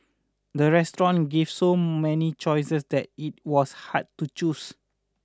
the restaurant gave so many choices that it was hard to choose